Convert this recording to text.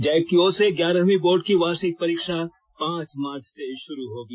Jack की ओर से ग्यारहवीं बोर्ड की वार्षिक परीक्षा पांच मार्च से शुरू होगी